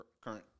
current –